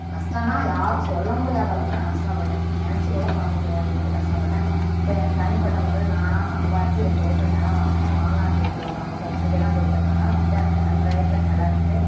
கஷ்டன்னா யாரும் சொல்ல முடியாத அளவுக்கு நான் கஷ்டப்பட்டேன் நெனைச்சி கூட பார்க்க முடியாது அந்த மாதிரி கஷ்டப்பட்டேன் இப்போ எனக்கு தனிப்பட்ட முறையில் நானாக சம்பாரித்து ரெண்டு ஏக்கர் நெலம் வாங்கினேன் மாமனார் சொத்தில் ஒரு ஐம்பது செண்டு தான் கொடுத்துருக்காங்க மொத்தம் எனக்கு ரெண்டர ஏக்கர் நெலம் இருக்குது